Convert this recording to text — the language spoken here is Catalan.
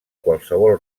qualsevol